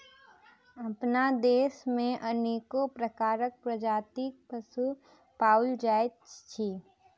अपना देश मे अनेको प्रकारक प्रजातिक पशु पाओल जाइत अछि